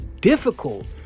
difficult